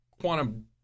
quantum